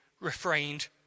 refrained